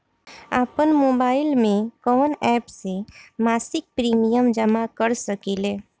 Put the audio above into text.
आपनमोबाइल में कवन एप से मासिक प्रिमियम जमा कर सकिले?